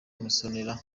masozera